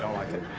um like it?